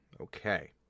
Okay